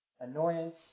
annoyance